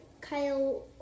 Kyle